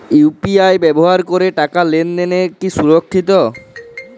UPI ব্যবহার করে টাকা লেনদেন কি সুরক্ষিত?